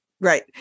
Right